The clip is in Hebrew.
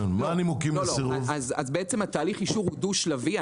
תהליך האישור הוא דו שלבי.